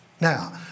Now